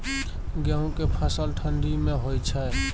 गेहूं के फसल ठंडी मे होय छै?